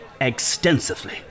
extensively